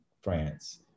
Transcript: France